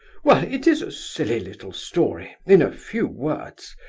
well, it is a silly little story, in a few words,